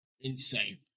insane